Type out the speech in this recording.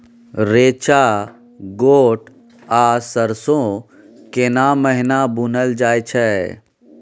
रेचा, गोट आ सरसो केना महिना बुनल जाय छै?